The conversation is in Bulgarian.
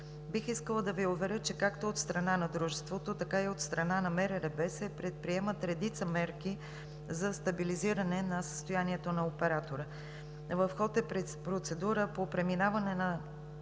Бих искала да Ви уверя, че както от страна на Дружеството, така и от страна на МРРБ се предприемат редица мерки за стабилизиране на състоянието на оператора. В ход е процедура по преминаване на